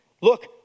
Look